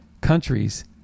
countries